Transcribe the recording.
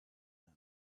them